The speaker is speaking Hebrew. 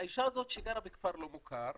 האישה הזאת, שגרה בכפר לא מוכר,